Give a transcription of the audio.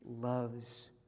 loves